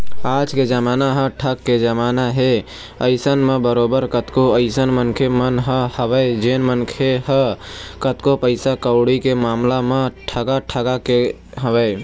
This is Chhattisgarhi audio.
आज के जमाना ह ठग के जमाना हे अइसन म बरोबर कतको अइसन मनखे मन ह हवय जेन मन ह कतको पइसा कउड़ी के मामला म ठगा ठगा गे हवँय